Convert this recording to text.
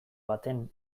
baten